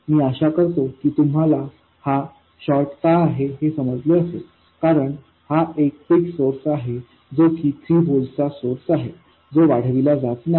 मी आशा करतो की तुम्हाला हा शॉर्ट का आहे हे समजले असेल कारण हा एक फिक्स सोर्स आहे जो की 3 व्होल्ट चा सोर्स आहे जो वाढविला जात नाही